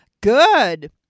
Good